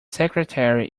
secretary